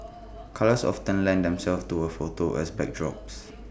colours often lend themselves to her photos as backdrops